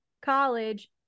college